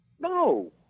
No